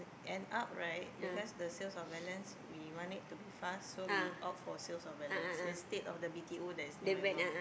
end up right because the sales of balance we want it to be fast so we opt for sales of balance instead of the B_T_O that is near my mum